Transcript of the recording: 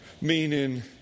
meaning